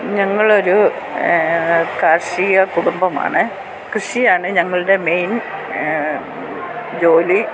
ഞങ്ങളൊരു കാർഷിക കുടുംബമാണ് കൃഷിയാണ് ഞങ്ങളുടെ മെയിൻ ജോലി